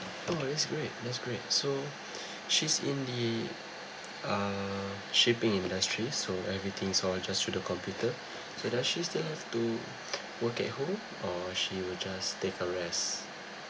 oh that's great that's great so she's in the um shipping industry so everything sort of just to the computer so does she still have to work at home or she will just take a rest